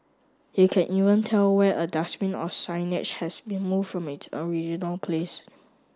he can even tell when a dustbin or signage has been moved from it original place